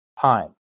time